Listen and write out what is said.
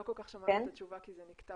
לא כל כך שמענו את התשובה כי זה נקטע,